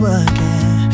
again